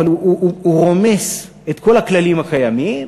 אבל הוא רומס את כל הכללים הקיימים.